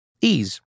Ease